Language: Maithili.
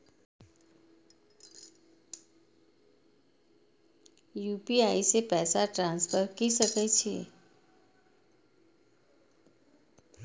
यू.पी.आई से पैसा ट्रांसफर की सके छी?